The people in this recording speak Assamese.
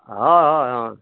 হয় হয় হয়